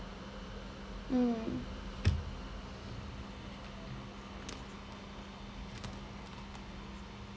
mm